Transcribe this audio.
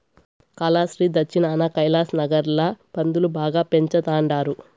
కాలాస్త్రి దచ్చినాన కైలాసనగర్ ల పందులు బాగా పెంచతండారు